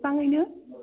बिफाङैनो